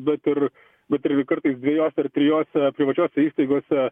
bet ir bet ir kartais dviejose ar trijose privačiose įstaigose